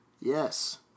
Yes